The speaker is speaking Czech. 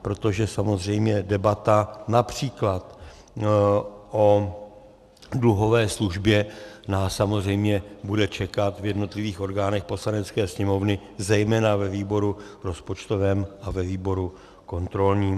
Protože debata například o dluhové službě nás samozřejmě bude čekat v jednotlivých orgánech Poslanecké sněmovny, zejména ve výboru rozpočtovém a ve výboru kontrolním.